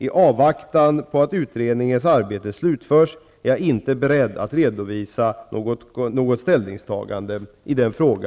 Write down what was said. I avvaktan på att utredningens arbete slutförs är jag inte beredd att redovisa något ställningstagande i denna fråga.